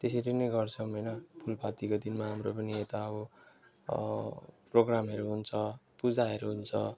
त्यसरी नै गर्छौँ होइन फुलपातीको दिनमा हाम्रो पनि यता अब प्रोग्रामहरू हुन्छ पूजाहरू हुन्छ